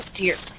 dear